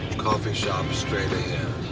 coffee shop straight ahead.